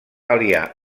aliar